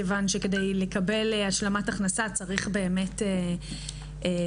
כיוון שכדי לקבל השלמת הכנסה צריך באמת שההכנסות